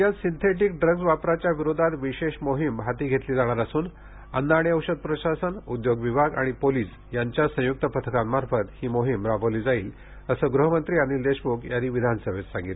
राज्यात synthetic drugs व्यापाराच्या विरोधात विशेष मोहीम हाती घेतली जाणार असून अन्न आणि औषध प्रशासन उद्योग विभाग आणि पोलीस यांच्या संयुक्त पथकांमार्फत ही मोहीम राबविली जाईल असं गृहमंत्री अनिल देशमुख यांनी विधानसभेत सांगितलं